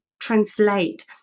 translate